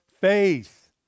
faith